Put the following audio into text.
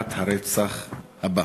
למניעת הרצח הבא?